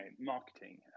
marketing